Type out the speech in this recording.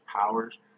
powers